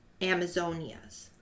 Amazonias